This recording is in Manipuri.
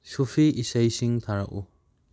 ꯁꯨꯐꯤ ꯏꯁꯩꯁꯤꯡ ꯊꯥꯔꯛꯎ